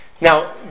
Now